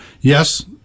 yes